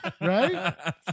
right